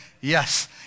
Yes